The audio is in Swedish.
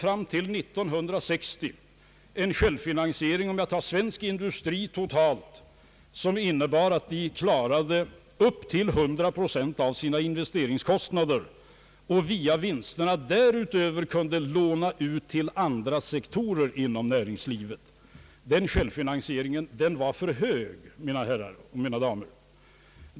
Fram till 1960 hade den svenska industrin totalt sett en självfinansieringsgrad som innebar att den kunde bestrida upp till 100 procent av sina investeringskostnader och via vinsterna därutöver kunde göra utlåningar till andra sektorer inom näringslivet. Denna <självfinansieringsgrad = var, mina damer och herrar, för hög.